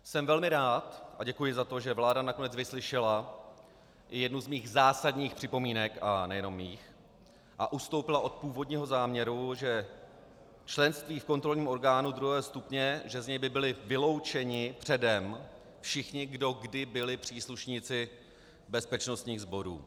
Jsem velmi rád a děkuji za to, že vláda nakonec vyslyšela i jednu z mých zásadních připomínek, a nejenom mých, a ustoupila od původního záměru, že ze členství v kontrolním orgánu druhého stupně by byli předem vyloučeni všichni, kdo kdy byli příslušníci bezpečnostních sborů.